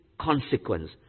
consequence